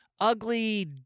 ugly